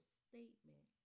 statement